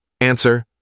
Answer